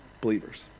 believers